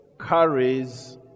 carries